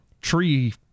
tree